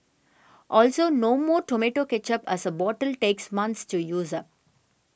also no more tomato ketchup as a bottle takes months to use up